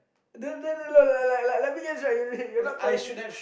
then then then like like like like let me just write you this you're not telling me